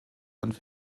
und